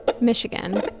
Michigan